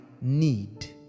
need